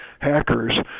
hackers